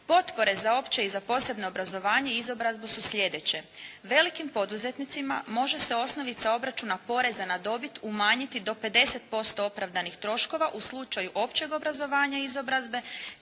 Potpore za opće i za posebno obrazovanje i izobrazbu su sljedeće: Velikim poduzetnicima može se osnovica obračuna poreza na dobit umanjiti do 50% opravdanih troškova u slučaju općeg obrazovanja i izobrazbe